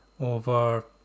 over